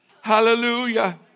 Hallelujah